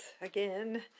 again